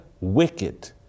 wicked